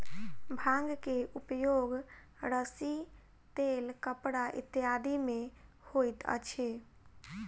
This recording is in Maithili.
भांग के उपयोग रस्सी तेल कपड़ा इत्यादि में होइत अछि